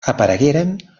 aparegueren